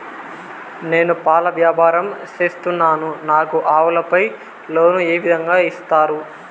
నేను పాల వ్యాపారం సేస్తున్నాను, నాకు ఆవులపై లోను ఏ విధంగా ఇస్తారు